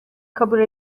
kabul